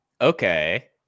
Okay